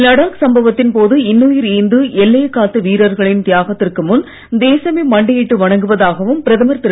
லடாக் சம்பவத்தின் போது இன்னுயிர் ஈந்து எல்லையை காத்த வீரர்களின் தியாகத்திற்கு முன் தேசமே மண்டியிட்டு வணங்குவதாகவும் பிரதமர் திரு